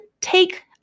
take